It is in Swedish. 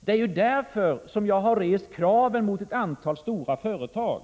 Det är därför som jag har rest kraven på ett antal stora företag.